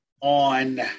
On